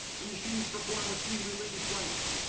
the machines perform what seem religious rites.